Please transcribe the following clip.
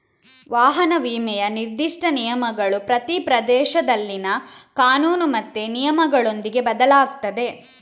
ವಾಹನ ವಿಮೆಯ ನಿರ್ದಿಷ್ಟ ನಿಯಮಗಳು ಪ್ರತಿ ಪ್ರದೇಶದಲ್ಲಿನ ಕಾನೂನು ಮತ್ತೆ ನಿಯಮಗಳೊಂದಿಗೆ ಬದಲಾಗ್ತದೆ